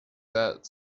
that